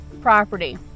property